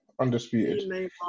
undisputed